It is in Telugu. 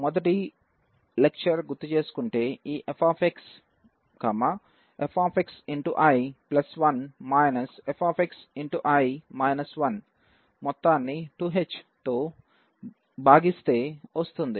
ముందటి లెక్చర్ గుర్తుచేసుకుంటే ఈ f fi1 fi 1 మొత్తాన్ని 2h తో భాజిస్తే వస్తుంది